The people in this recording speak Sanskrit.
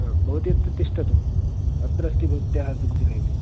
भवति अत्र तिष्ठतु अत्र अस्ति भवत्याः दुग्धजिलेबी